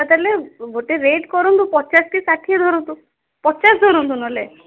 ହେଲେ ଗୋଟେ ରେଟ୍ କରନ୍ତୁ ପଚାଶ କି ଷାଠିଏ ଧରନ୍ତୁ ପଚାଶ ଧରନ୍ତୁ ନ ହେଲେ